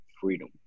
freedom